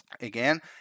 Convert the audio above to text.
Again